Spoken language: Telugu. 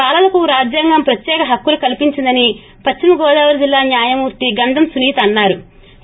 బాలలకు రాజ్యాంగం ప్రత్యేక హక్కులు కల్పించిందని పశ్చిమ గోదావరి జిల్లా న్యాయమూర్తి గంధం సునీత అన్సారు